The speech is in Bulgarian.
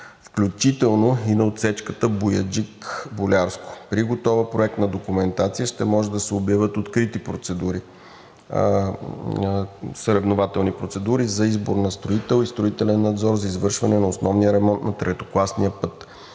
включително и на отсечката Бояджик –Болярско. При готова проектна документация ще може да се обявят открити съревнователни процедури за избор на строител и строителен надзор за извършване на основния ремонт на третокласния път.